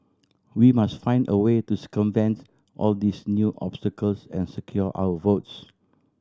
we must find a way to circumvent all these new obstacles and secure our votes